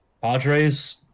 Padres